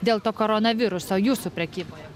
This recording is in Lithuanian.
dėl to koronaviruso jūsų prekyboje